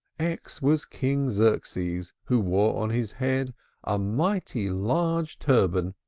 x was king xerxes, who wore on his head a mighty large turban,